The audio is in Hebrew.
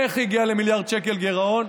איך היא הגיעה למיליארד שקל גירעון?